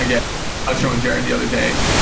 ah yeah ah showing jaren the other day,